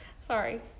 Sorry